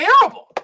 terrible